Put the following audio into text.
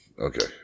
Okay